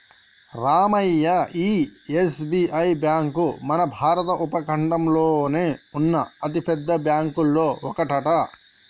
రామయ్య ఈ SBI bank మన భారత ఉపఖండంలోనే ఉన్న అతిపెద్ద బ్యాంకులో ఒకటట